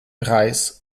reis